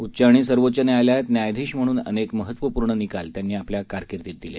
उच्च आणि सर्वोच्च न्यायालयात न्यायाधीश म्हणून अनेक महत्त्वपूर्ण निकाल त्यांनी आपल्या कारकिर्दीत दिले